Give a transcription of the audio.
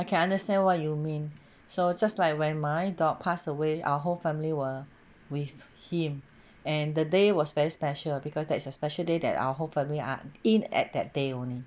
I can understand what you mean so it's just like when my dog pass away our whole family were with him and the day was very special because that is a special day that our whole family are in at that day only